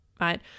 right